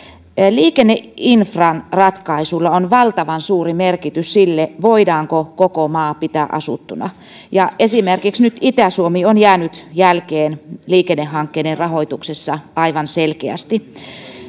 liikenneinfran ratkaisuilla on valtavan suuri merkitys sille voidaanko koko maa pitää asuttuna ja esimerkiksi itä suomi on nyt jäänyt jälkeen liikennehankkeiden rahoituksessa aivan selkeästi